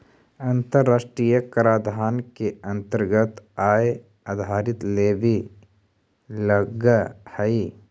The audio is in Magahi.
अन्तराष्ट्रिय कराधान के अन्तरगत आय आधारित लेवी लगअ हई